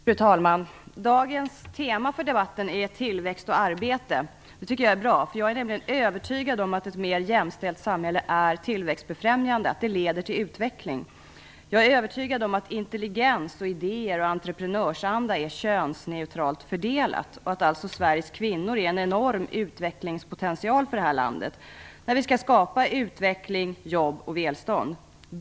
Fru talman! Dagens tema för debatten är tillväxt och arbete. Det är bra, därför att jag är övertygad om att ett mer jämställt samhälle är tillväxtbefrämjande och leder till utveckling. Jag är övertygad om att intelligens, idéer och entreprenörsanda är könsneutralt fördelade och att Sveriges kvinnor är en enorm utvecklingspotential för landet, när vi skall skapa utveckling, jobb och välstånd.